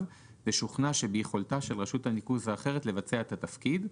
ושוכנע שביכולתה של רשות הניקוז האחרת לבצע את התפקיד,